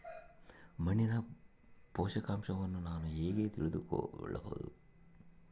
ಮಣ್ಣಿನ ಪೋಷಕಾಂಶವನ್ನು ನಾನು ಹೇಗೆ ತಿಳಿದುಕೊಳ್ಳಬಹುದು?